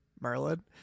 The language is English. Merlin